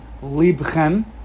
Libchem